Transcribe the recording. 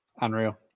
unreal